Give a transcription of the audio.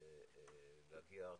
להגיע ארצה.